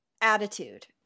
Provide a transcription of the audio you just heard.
attitude